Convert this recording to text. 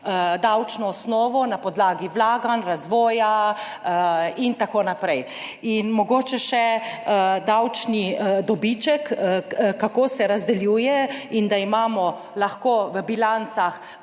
davčno osnovo na podlagi vlaganj, razvoja in tako naprej. In mogoče še glede davčnega dobička, kako se razdeljuje, da imamo lahko v bilancah